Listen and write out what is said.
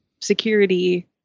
security